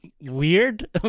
weird